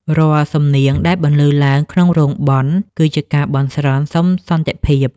រាល់សំនៀងដែលបន្លឺឡើងក្នុងរោងបុណ្យ គឺជាការបន់ស្រន់សុំសន្តិភាព។